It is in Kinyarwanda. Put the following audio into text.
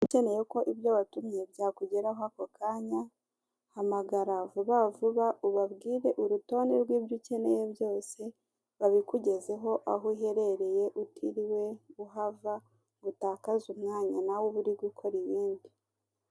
Ukeneye ko ibyo watumye byakugeraho ako kanya, hamagara vuba vuba ubabwire urutonde rw'ibyo ukeneye byose, babikugezeho aho uherereye utiriwe uhava ngo utakaze umwanya nawe ube uri gukora ibindi.